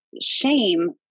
shame